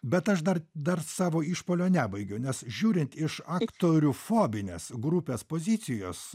bet aš dar dar savo išpuolio nebaigiau nes žiūrint iš aktorių fobinės grupės pozicijos